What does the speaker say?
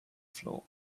floor